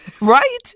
right